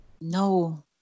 No